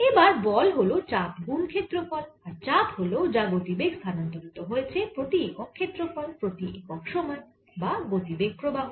এবার বল হল চাপ গুন ক্ষেত্রফল আর চাপ হল যা গতিবেগ স্থানান্তরিত হয়েছে প্রতি একক ক্ষেত্রফল প্রতি একক সময় বা গতিবেগ প্রবাহ